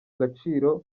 agaciro